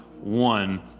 one